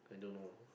I don't know